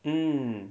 mm